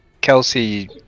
Kelsey